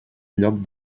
lloc